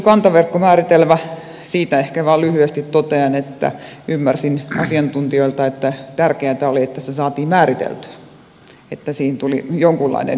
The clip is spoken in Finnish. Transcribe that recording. kiistellystä kantaverkkomääritelmästä ehkä vain lyhyesti totean että ymmärsin asiantuntijoilta että tärkeätä oli että se saatiin määriteltyä että siihen tuli jonkunlainen tahtotila